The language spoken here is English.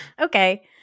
Okay